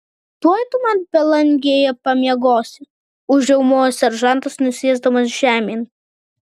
tuoj tu man belangėje pamiegosi užriaumojo seržantas nusėsdamas žemėn